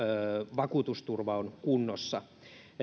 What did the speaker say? vakuutusturva on kunnossa